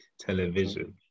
television